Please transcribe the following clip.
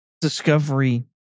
Discovery